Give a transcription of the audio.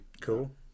Cool